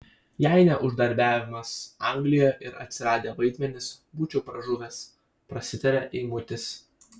jei ne uždarbiavimas anglijoje ir atsiradę vaidmenys būčiau pražuvęs prasitaria eimutis